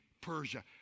Persia